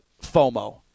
FOMO